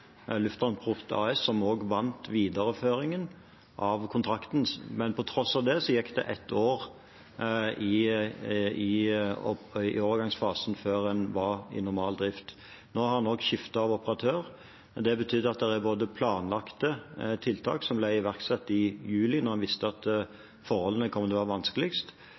Lufttransport AS, som også vant videreføringen av kontrakten, men på tross av det gikk det ett år i overgangsfasen før en var i normal drift. Nå har en skifte av operatør. Det betyr at det både er planlagte tiltak, som ble iverksatt i juli, da en visste at forholdene kom til å være vanskeligst,